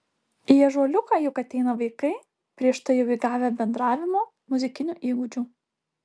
į ąžuoliuką juk ateina vaikai prieš tai jau įgavę bendravimo muzikinių įgūdžių